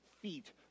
feet